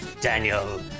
Daniel